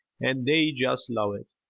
and they just love it.